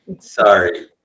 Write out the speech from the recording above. Sorry